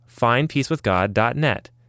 findpeacewithgod.net